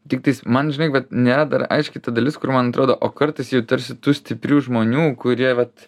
tiktais man žinai vat nėra dar aiški ta dalis kur man atrodo o kartais jau tarsi tų stiprių žmonių kurie vat